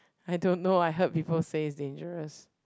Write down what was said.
I don't know I heard people say it's dangerous